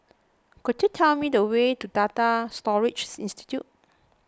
could you tell me the way to Data Storage Institute